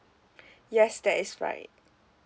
yes that is right